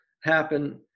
happen